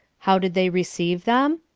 how did they receive them?